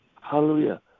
Hallelujah